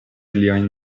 liajn